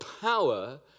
power